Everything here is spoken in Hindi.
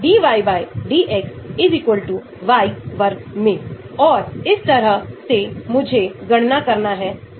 तो आपके पास सिस्टम हो सकते हैं जहां इस प्रकार का व्यवहार देखा जा सकता है